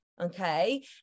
Okay